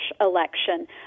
election